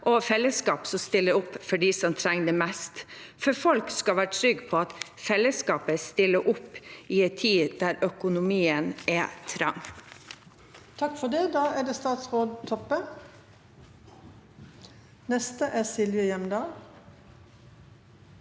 og fellesskap som stiller opp for dem som trenger det mest, for folk skal være trygge på at fellesskapet stiller opp i en tid der økonomien er trang.